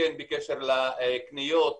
בקשר לקניות,